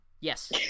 yes